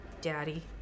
Daddy